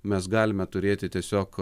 mes galime turėti tiesiog